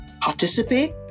participate